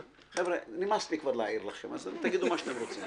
חבר'ה, נמאס לי כבר להעיר לכם, אז תגידו מה